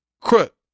Crook